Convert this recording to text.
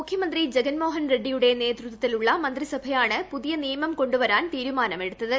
മുഖ്യമന്ത്രി ജഗൻമോഹൻ റെഡ്ഡിയുടെ നേതൃത്വത്തിലുള്ള മന്ത്രിസഭയാണ് പുതിയ നിയമം കൊണ്ടുവരാൻ തീരുമാനമെടുത്തത്